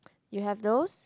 you have those